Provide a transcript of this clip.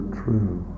true